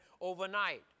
overnight